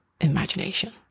imagination